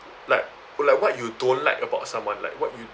like like what you don't like about someone like what you